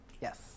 Yes